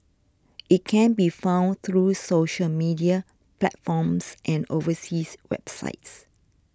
it can be found through social media platforms and overseas websites